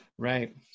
Right